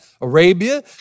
Arabia